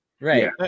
Right